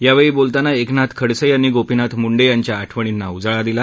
यावेळी एकनाथ खडसे यांनी गोपीनाथ मुंडे यांच्या आठवणीला उजाळा दिला